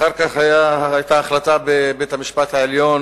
אחר כך היתה החלטה בבית-המשפט העליון